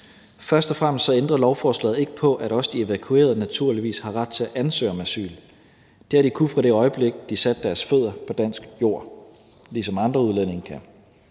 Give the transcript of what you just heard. Først og fremmest ændrer lovforslaget ikke på, at også de evakuerede naturligvis har ret til at ansøge om asyl. Det har de kunnet fra det øjeblik, de satte deres fødder på dansk jord, ligesom andre udlændinge kan